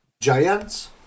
Giants